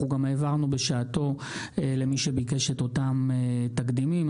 אנחנו גם העברנו בשעתו למי שביקש את אותם תקדימים.